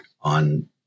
on